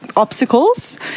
obstacles